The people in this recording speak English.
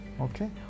okay